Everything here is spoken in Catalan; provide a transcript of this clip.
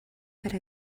per